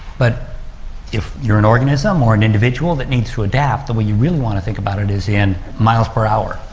but if you are an organism or an individual that needs to adapt, the way you really want to think about it is in miles per hour.